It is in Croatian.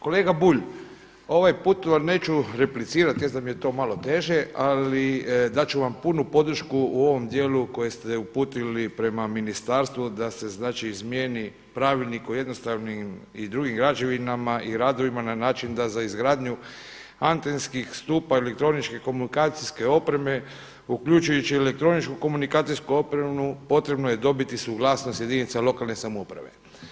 Kolega Bulj ovaj put vam neću replicirati jest da mi je to malo teže, ali dat ću vam punu podršku u ovom dijelu koji ste uputili prema ministarstvu da se znači izmijeni Pravilnik o jednostavnim i drugim građevinama i radovima na način da za izgradnju antenskih stupa i elektroničke komunikacijske opreme uključujući i elektroničku komunikacijsku opremu potrebno je dobiti suglasnost jedinica lokalne samouprave.